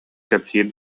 кэпсиир